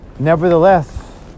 Nevertheless